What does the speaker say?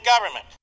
government